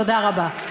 תודה רבה.